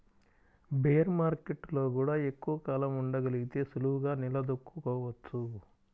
bear మార్కెట్టులో గూడా ఎక్కువ కాలం ఉండగలిగితే సులువుగా నిలదొక్కుకోవచ్చు